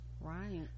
right